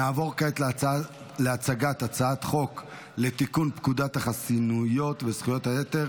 נעבור כעת להצגת הצעת חוק לתיקון פקודת החסינויות וזכויות היתר